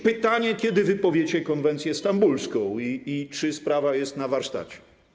Pytanie: Kiedy wypowiecie konwencję stambulską i czy sprawa jest na warsztacie?